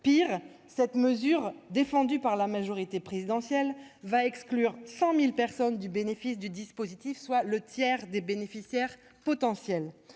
Pis, cette mesure, défendue par la majorité présidentielle, va exclure 100 000 personnes du bénéfice du dispositif, soit le tiers des bénéficiaires potentiels.